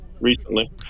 recently